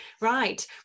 Right